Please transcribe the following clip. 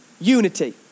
Unity